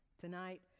Tonight